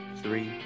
three